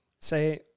say